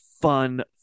fun